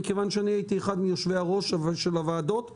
מכיוון שאני אחד מיושבי הראש של הוועדות שהודיעו,